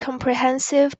comprehensive